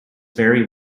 very